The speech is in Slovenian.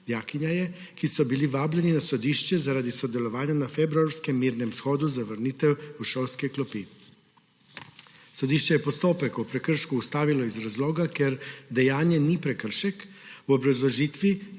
dijakov, ki so bili vabljeni na sodišče zaradi sodelovanja na februarskem mirnem shodu za vrnitev v šolske klopi. Sodišče je postopek o prekršku ustavilo iz razloga, ker dejanje ni prekršek, v obrazložitvi